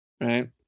Right